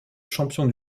champion